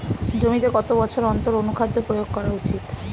জমিতে কত বছর অন্তর অনুখাদ্য প্রয়োগ করা উচিৎ?